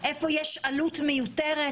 איפה יש עלות מיותרת,